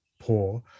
poor